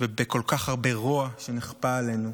ובכל כך הרבה רוע שנכפה עלינו,